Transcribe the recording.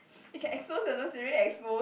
you can expose your nose you already expose